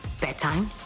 bedtime